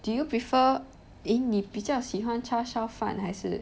do you prefer eh 你比较喜欢叉烧饭还是